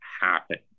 happen